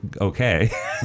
okay